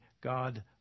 God